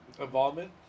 Involvement